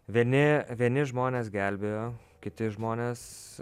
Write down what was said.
vieni vieni žmonės gelbėjo kiti žmonės